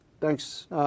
Thanks